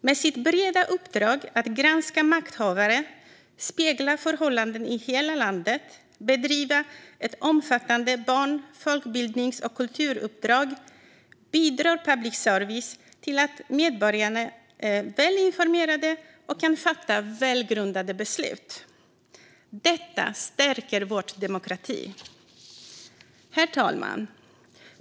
Med sitt breda uppdrag att granska makthavare, spegla förhållanden i hela landet, bedriva ett omfattande barn, folkbildnings och kulturuppdrag bidrar public service till att medborgarna är välinformerade och kan fatta välgrundade beslut. Detta stärker vår demokrati. Herr talman!